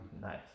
nice